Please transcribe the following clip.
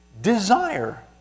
desire